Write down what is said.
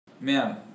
man